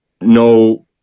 no